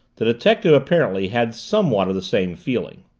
the detective, apparently, had somewhat of the same feeling.